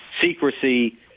secrecy